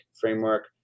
framework